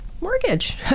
mortgage